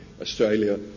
Australia